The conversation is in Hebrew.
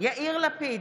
יאיר לפיד,